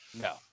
No